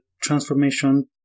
Transformation